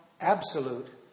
absolute